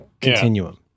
continuum